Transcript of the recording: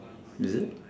is it